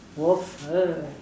waffle